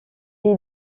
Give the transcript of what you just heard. est